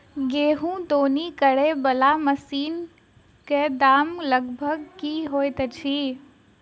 गेंहूँ दौनी करै वला मशीन कऽ दाम लगभग की होइत अछि?